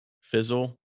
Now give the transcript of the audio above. fizzle